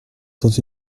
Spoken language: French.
dans